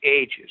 ages